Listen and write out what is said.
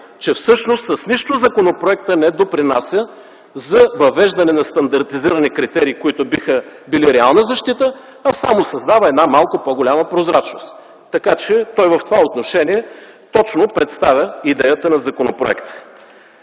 че всъщност с нищо законопроектът не допринася за въвеждане на стандартизирани критерии, които биха били реална защита, а само създава малко по-голяма прозрачност, точно представя идеята на законопроекта.